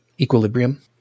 *Equilibrium*